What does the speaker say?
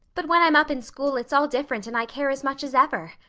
but when i'm up in school it's all different and i care as much as ever.